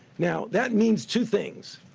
now, that means two things.